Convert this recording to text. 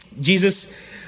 Jesus